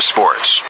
Sports